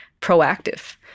proactive